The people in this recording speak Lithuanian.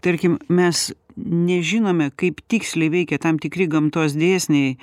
tarkim mes nežinome kaip tiksliai veikia tam tikri gamtos dėsniai